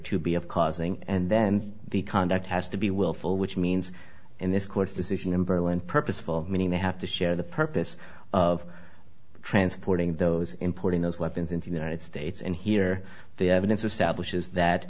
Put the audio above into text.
to be of causing and then the conduct has to be willful which means in this court's decision in berlin purposeful meaning they have to share the purpose of transporting those importing those weapons into the united states and here the evidence